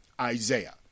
Isaiah